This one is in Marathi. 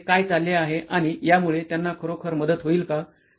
तर येथे काय चालले आहे आणि यामुळे त्यांना खरोखर मदत होईल का